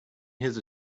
his